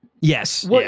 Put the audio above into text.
Yes